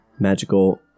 Magical